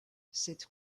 cette